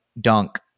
dunk